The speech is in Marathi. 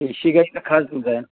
देशी गाईचं खास दूध आहे